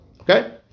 okay